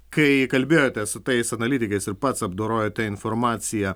kai kalbėjote su tais analitikais ir pats apdorojote informaciją